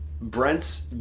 Brent's